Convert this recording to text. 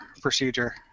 procedure